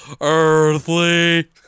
earthly